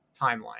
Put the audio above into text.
timeline